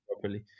properly